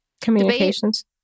communications